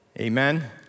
Amen